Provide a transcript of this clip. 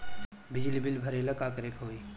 बिजली बिल भरेला का करे के होई?